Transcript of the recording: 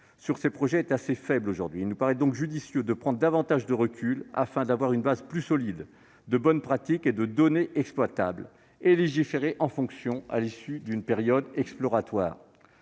sur ces projets sont assez faibles. Il nous paraît donc judicieux de prendre davantage de recul afin d'avoir une base plus solide de bonnes pratiques et de données exploitables et de légiférer en conséquence, à l'issue d'une période exploratoire.